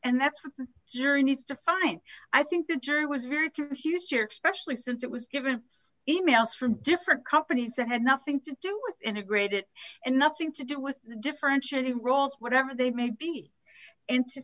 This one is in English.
and that's what the jury needs to find i think the jury was very confused specially since it was given e mails from different companies that had nothing to do with integrated and nothing to do with differentiating roles whatever they may be